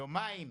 יומיים,